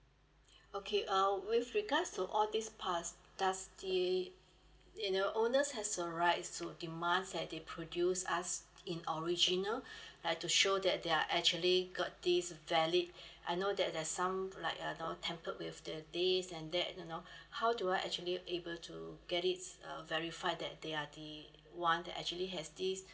okay uh with regards to all these pass does the you know owners has a right to demands that they produce us in original like to show that they are actually got this valid I know that there's some like uh you know tempered with uh this and that you know how do I actually able to get it uh verified that they are the one that actually has this